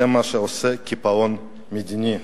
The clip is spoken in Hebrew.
זה מה שעושה קיפאון מדיני,